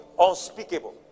unspeakable